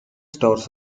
stores